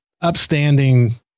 upstanding